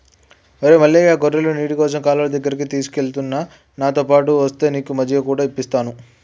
ఒరై మల్లయ్య గొర్రెలను నీటికోసం కాలువ దగ్గరికి తీసుకుఎలుతున్న నాతోపాటు ఒస్తే నీకు మజ్జిగ కూడా ఇప్పిస్తాను